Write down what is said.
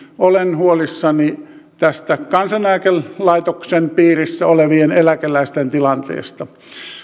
olen huolissani kansaneläkelaitoksen piirissä olevien eläkeläisten tilanteesta